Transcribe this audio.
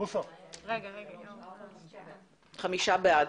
חמישה בעד.